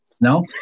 no